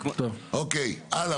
אוקיי, הלאה.